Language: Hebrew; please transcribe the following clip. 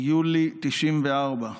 ביולי 1994,